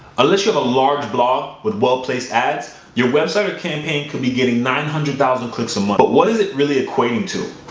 unless you have a large blog with well placed ads, you're websiter campaign could be getting nine hundred thousand clicks a month, but what is it really equating to?